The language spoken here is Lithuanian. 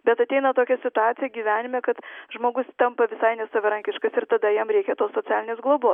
bet ateina tokia situacija gyvenime kad žmogus tampa visai nesavarankiškas ir tada jam reikia tos socialinės globos